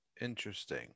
interesting